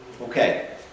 Okay